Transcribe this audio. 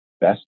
best